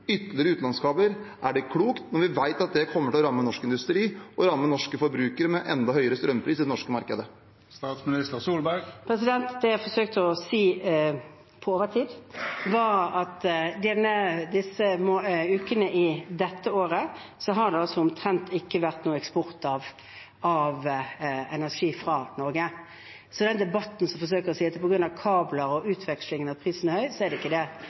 ytterligere utenlandskabler? Er det klokt når vi vet at det kommer til å ramme norsk industri og norske forbrukere med enda høyere strømpris i det norske markedet? Det jeg forsøkte å si på overtid, var at i disse ukene i dette året har det omtrent ikke vært noe eksport av energi fra Norge, så når en i debatten forsøker å si at det er på grunn av kabler og utveksling prisen er høy, så er det ikke det.